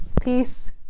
Peace